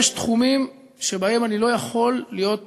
יש תחומים שבהם אני לא יכול להיות פלורליסט,